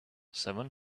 seven